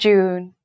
June